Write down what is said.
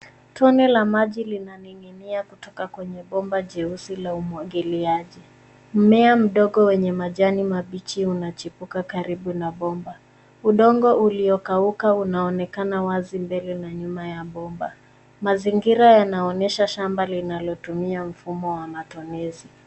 Tone la maji linaning'inia kutoka kwenye bomba jeusi la umwagiliaji. Mmea mdogo wenye majani mabichi unachipuka karibu na bomba. Udongo uliokauka unaonekana wazi mbele na nyuma ya bomba. Mazingira yanaonyesha shamba linalotumia mfumo wa matonezi.